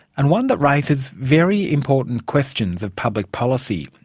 and one that raises very important questions of public policy.